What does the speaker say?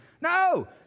No